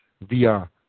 via